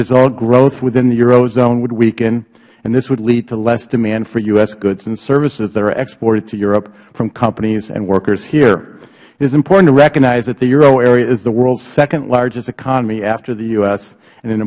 result growth within the eurozone would weaken and this would lead to less demand for u s goods and services that are exported to europe from companies and workers here it is important to recognize that the euro area is the world's secondlargest economy after the u s and